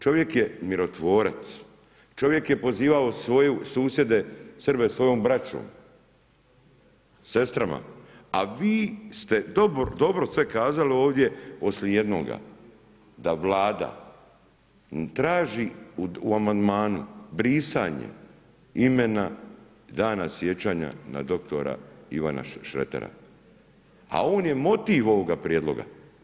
Čovjek je mirotvorac, čovjek je pozivao svoje susjede Srbe svojom braćom, sestrama a vi ste dobro sve kazali ovdje osim jednoga, da Vlada traži u amandmanu brisanje imena dana sjećanja na dr. Ivana Šretera a on je motiv ovoga prijedloga.